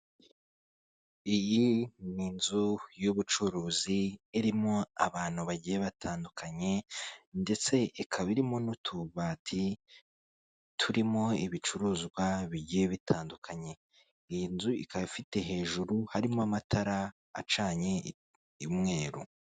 Iyi ni inzu y'ubucuruzi irimo abantu bagiye batandukanye ndetse ikaba irimo n'utubati turimo ibicuruzwa bigiye bitandukanye, iyi nzu ikaba ifite hejuru harimo amatara acanye umweru.